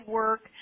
work